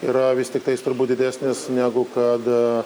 yra vis tiktais turbūt didesnis negu kad